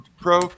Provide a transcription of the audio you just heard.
pro